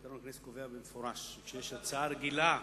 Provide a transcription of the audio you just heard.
תקנון הכנסת קובע במפורש שכשיש הצעה רגילה בנושא,